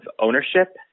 ownership